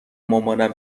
مامانم